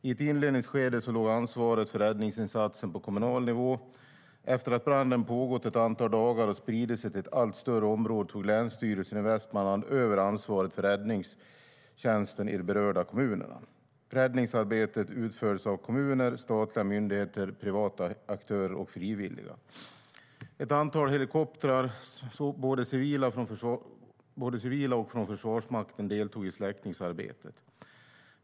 I inledningsskedet låg ansvaret för räddningsinsatsen på kommunal nivå. Räddningsarbetet utfördes av kommuner, statliga myndigheter, privata aktörer och frivilliga. Ett antal helikoptrar, både civila och från Försvarsmakten, deltog i släckningsarbetet.